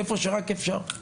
איפה שרק אפשר.